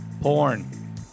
Porn